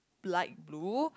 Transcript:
light blue